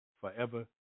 forever